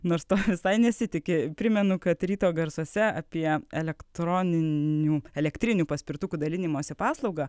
nors to visai nesitiki primenu kad ryto garsuose apie elektroninių elektrinių paspirtukų dalinimosi paslaugą